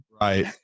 right